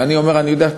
ואני אומר: אני יודע.